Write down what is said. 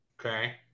Okay